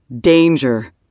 Danger